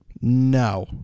No